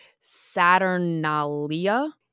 Saturnalia